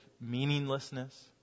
meaninglessness